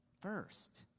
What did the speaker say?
First